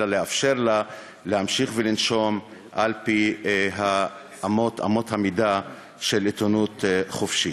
אלא לאפשר לה להמשיך ולנשום על-פי אמות המידה של עיתונות חופשית.